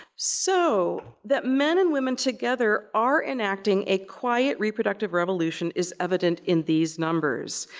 so, that men and women together are enacting a quiet reproductive revolution is evident in these numbers.